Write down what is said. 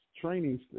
training